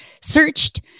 searched